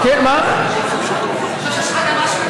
כמו בכל יום שני,